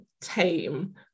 tame